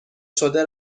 شده